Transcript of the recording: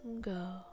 go